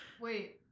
Wait